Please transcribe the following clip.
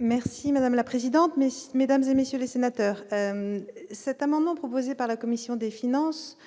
Merci madame la présidente, mais si mesdames et messieurs les sénateurs, cet amendement proposé par la commission des finances